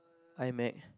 iMac